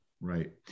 Right